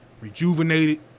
rejuvenated